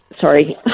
Sorry